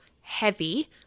heavy